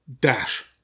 Dash